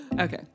Okay